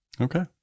Okay